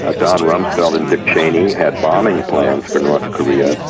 ah donald rumsfeld and dick cheney had bombing plans for north korea,